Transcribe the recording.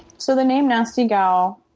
so the name nasty gal,